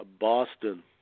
Boston